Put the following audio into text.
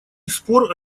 спор